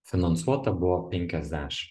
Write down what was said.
finansuota buvo penkiasdešim